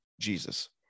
Jesus